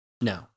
No